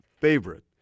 favorite